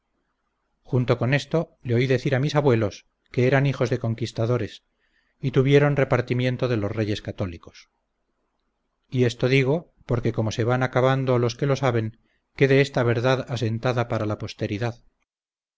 junto con esto le oí decir a mis abuelos que eran hijos de conquistadores y tuvieron repartimiento de los reyes católicos y esto digo porque como se van acabando los que lo saben quede esta verdad asentada para la posteridad